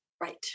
right